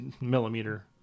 millimeter